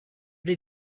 did